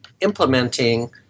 implementing